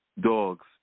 Dogs